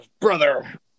brother